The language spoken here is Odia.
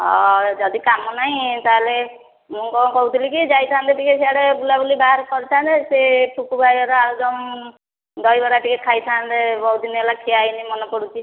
ହଁ ଯଦି କାମ ନାହିଁ ତାହେଲେ ମୁଁ କଣ କହୁଥିଲି କି ଯାଇଥାନ୍ତେ ଟିକେ ସିଆଡ଼େ ବୁଲା ବୁଲି ବାହାରେ କରିଥାନ୍ତେ ସେ ଫୁକୁ ଭାଇ ର ଆଳୁଦମ୍ ଦହିବରା ଟିକେ ଖାଇଥାନ୍ତେ ବହୁତ ଦିନ ହେଲା ଖିଆ ହେଇନି ମନେ ପଡ଼ୁଛି